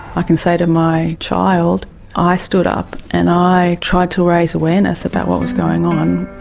i can say to my child i stood up and i tried to raise awareness about what was going on.